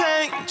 change